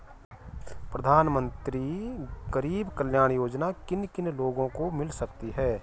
प्रधानमंत्री गरीब कल्याण योजना किन किन लोगों को मिल सकती है?